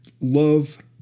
love